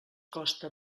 costa